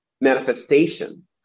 manifestation